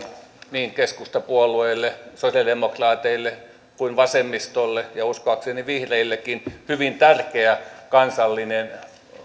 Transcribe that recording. niin keskustapuolueelle sosialidemokraateille kuin vasemmistolle ja uskoakseni vihreillekin hyvin tärkeä kansallinen